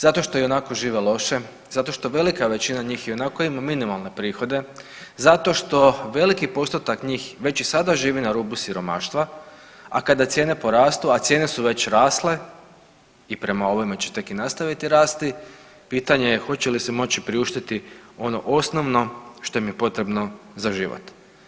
Zato što i onako žive loše, zato što velika većina njih i onako ima minimalne prihode, zato što veliki postotak njih već i sada živi na rubu siromaštva, a kada cijene porastu, a cijene su već rasle i prema ovime će te tek i nastaviti rasti, pitanje je hoće li si moći priuštiti ono osnovno što im je potrebno za život.